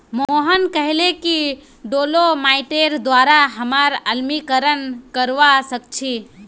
मोहन कहले कि डोलोमाइटेर द्वारा हमरा अम्लीकरण करवा सख छी